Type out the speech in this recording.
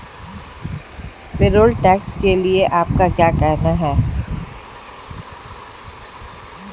Payroll tax के लिए आपका क्या कहना है?